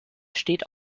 steht